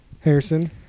Harrison